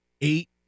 eight